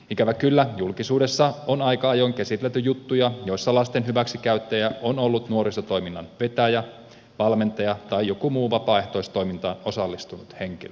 ikävä kyllä julkisuudessa on aika ajoin käsitelty juttuja joissa lasten hyväksikäyttäjä on ollut nuorisotoiminnan vetäjä valmentaja tai joku muu vapaaehtoistoimintaan osallistunut henkilö